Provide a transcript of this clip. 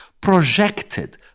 projected